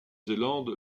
zélande